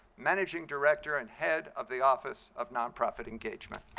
managing director and head of the office of nonprofit engagement.